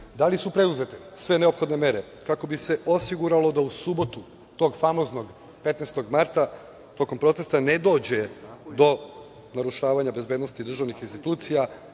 da li su preduzete sve neophodne mere kako bi se osiguralo da u subotu, tog famoznog 15. marta, tokom protesta ne dođe do narušavanja bezbednosti državnih institucija,